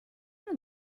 non